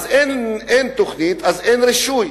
אין תוכנית אז אין רישוי.